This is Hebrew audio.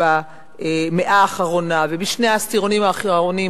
במאה האחרונה ובשני העשורים האחרונים.